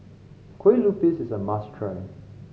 Kueh Lupis is a must try